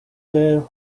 their